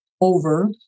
over